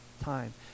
time